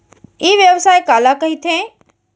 ई व्यवसाय काला कहिथे?